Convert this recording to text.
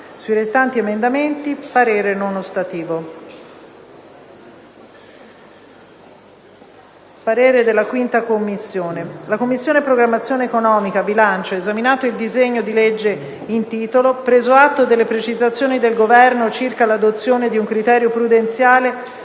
sui restanti emendamenti parere non ostativo». «La Commissione programmazione economica, bilancio, esaminato il disegno di legge in titolo, - preso atto delle precisazioni del Governo circa l'adozione di un criterio prudenziale